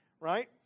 right